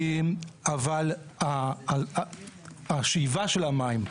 אבל, השאיבה של המים,